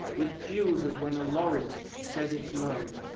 with queues as when a lorry's shed its load.